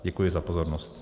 Děkuji za pozornost.